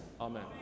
Amen